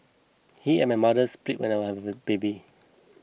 he and my mother split when I was a baby